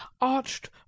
arched